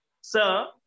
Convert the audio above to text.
Sir